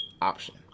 option